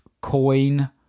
coin